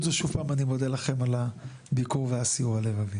זו שוב אני מודה על הביקור והסיור הלבבי.